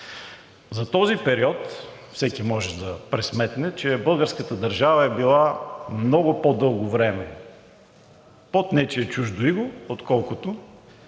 За този период - всеки може да пресметне, че българската държава е била много по-дълго време под нечие чуждо иго, отколкото